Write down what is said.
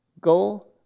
go